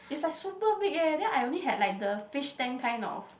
is like super big eh then I only had like the fish tank kind of